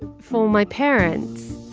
for my parents